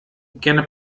gerne